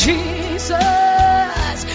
Jesus